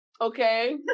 okay